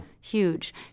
Huge